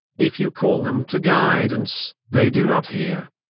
if you call them to guidance, they do not hear.